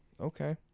Okay